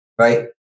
Right